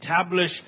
establish